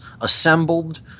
assembled